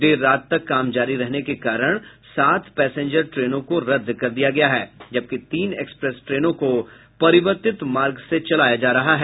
देर रात तक काम जारी रहने के कारण सात पैंसेंजन ट्रेनों को रद्द कर दिया गया है जबकि तीन एक्सप्रेस ट्रेनों को परिवर्तित मार्ग से चलाया जा रहा है